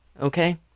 okay